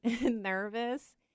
nervous